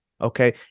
Okay